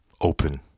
open